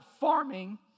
farming